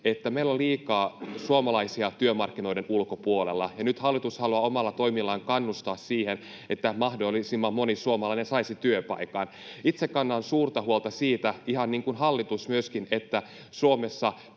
että meillä on liikaa suomalaisia työmarkkinoiden ulkopuolella. Nyt hallitus haluaa omilla toimillaan kannustaa siihen, että mahdollisimman moni suomalainen saisi työpaikan. Itse kannan suurta huolta siitä, ihan niin kuin hallitus myöskin, että Suomessa